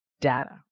data